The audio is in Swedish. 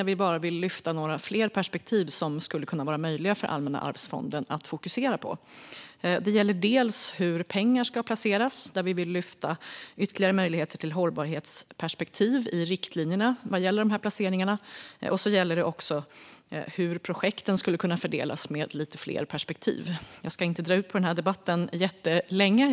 Där vill vi bara lyfta fram några fler perspektiv som skulle kunna vara möjliga för Allmänna arvsfonden att fokusera på. Det gäller bland annat hur pengar ska placeras. Vi vill lyfta fram ytterligare möjligheter till hållbarhetsperspektiv i riktlinjerna vad gäller de placeringarna. Det gäller också hur projekten skulle kunna fördelas med lite fler perspektiv. Jag ska inte dra ut så mycket på den här debatten.